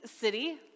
city